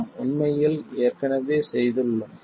நாம் உண்மையில் ஏற்கனவே செய்துள்ளோம்